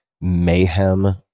mayhem